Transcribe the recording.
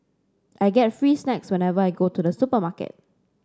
I get free snacks whenever I go to the supermarket